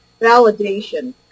validation